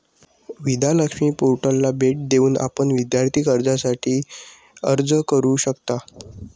विद्या लक्ष्मी पोर्टलला भेट देऊन आपण विद्यार्थी कर्जासाठी अर्ज करू शकता